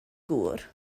gŵr